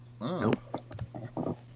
Nope